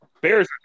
Bears